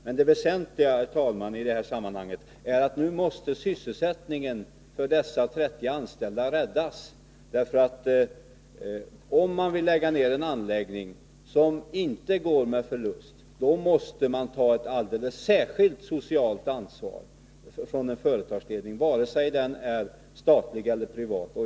Men det väsentliga, herr talman, är i dag att sysselsättningen för dessa 30 anställda nu måste räddas. Om man vill lägga ned en anläggning som inte går med förlust, måste en företagsledning ta ett alldeles särskilt socialt ansvar, vare sig den är statlig eller privat.